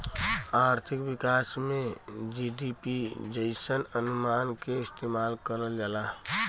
आर्थिक विकास में जी.डी.पी जइसन अनुमान क इस्तेमाल करल जाला